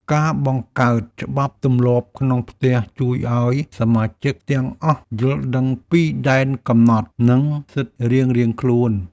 ការបង្កើតច្បាប់ទម្លាប់ក្នុងផ្ទះជួយឱ្យសមាជិកទាំងអស់យល់ដឹងពីដែនកំណត់ និង សិទ្ធិរៀងៗខ្លួន។